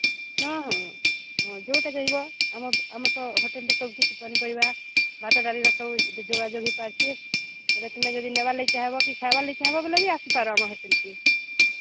ହୁଁ ହୁଁ ହଁ ଯୋଉଟା ଚାହିଁବ ଆମ ଆମ ତ ହୋଟେଲ୍ରେ ସବୁକିଛି ପନିପରିବା ଭାତ ଡ଼ାଲିର ସବୁ ଏଠି ଯୋଗାଯୋଗ ହୋଇପାରୁଛି ତ ତୁମେ ଯଦି ନେବାର ଲାଗି ଚାହିଁବ କି ଖାଇବାର ଲାଗି ଚାହିଁବ ବୋଲେ ବି ଆସିପାର ଆମ ହୋଟେଲ୍କେ